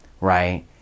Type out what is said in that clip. right